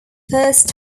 first